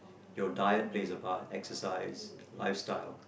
your diet plays a part exercise lifestyle